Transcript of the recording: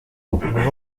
guha